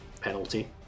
penalty